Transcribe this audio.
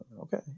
Okay